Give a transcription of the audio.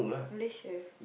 Malaysia